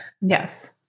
yes